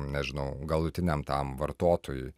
nežinau galutiniam tam vartotojui